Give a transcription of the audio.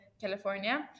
California